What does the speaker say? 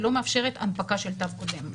היא לא מאפשרת הנפקה של תו קודם.